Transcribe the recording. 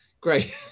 great